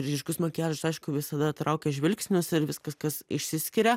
ryškus makiažas aišku visada traukia žvilgsnius ir viskas kas išsiskiria